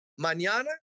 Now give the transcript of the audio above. mañana